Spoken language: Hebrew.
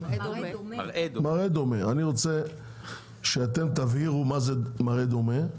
מראה דומה, אני רוצה שאתם תבהירו מה זה מראה דומה,